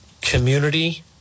community